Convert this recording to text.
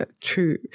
true